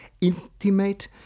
intimate